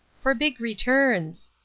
for big returns.